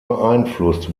beeinflusst